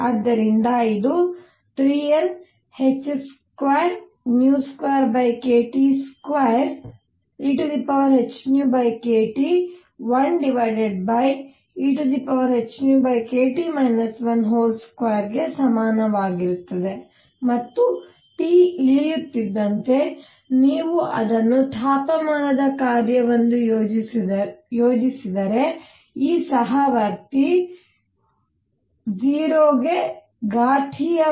ಆದ್ದರಿಂದ ಇದು 3Nh22kT2ehνkT 1ehνkT 12 ಗೆ ಸಮಾನವಾಗಿರುತ್ತದೆ ಮತ್ತು T ಇಳಿಯುತ್ತಿದ್ದಂತೆ ನೀವು ಅದನ್ನು ತಾಪಮಾನದ ಕಾರ್ಯವೆಂದು ಯೋಜಿಸಿದರೆ ಈ ಸಹವರ್ತಿ 0 ಘಾತೀಯವಾಗಿ